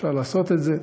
אפשר לעשות את זה.